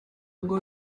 ngo